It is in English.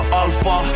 alpha